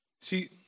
See